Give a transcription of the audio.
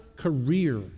Career